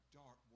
dark